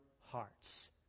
hearts